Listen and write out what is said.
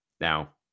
Now